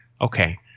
Okay